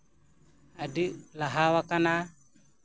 ᱟᱹᱰᱤ ᱞᱟᱦᱟᱣᱟᱠᱟᱱᱟ